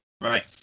Right